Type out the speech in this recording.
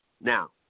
Now